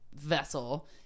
vessel